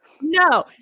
No